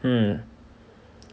mm